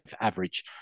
average